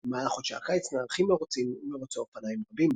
במהלך חודשי הקיץ נערכים מרוצים ומרוצי אופניים רבים.